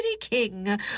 king